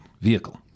vehicle